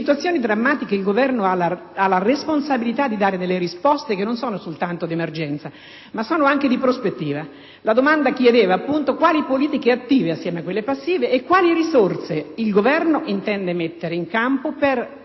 in situazioni drammatiche il Governo ha la responsabilità di dare delle risposte che non siano soltanto di emergenza, ma anche di prospettiva. La domanda mirava a conoscere quali politiche attive, unitamente a quelle passive, e quali risorse il Governo intende mettere in campo per